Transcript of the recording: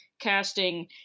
casting